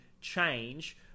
change